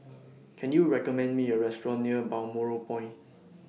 Can YOU recommend Me A Restaurant near Balmoral Point